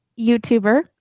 youtuber